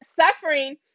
suffering